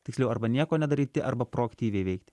tiksliau arba nieko nedaryti arba proaktyviai veikti